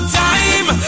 time